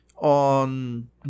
on